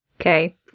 Okay